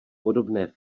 podobné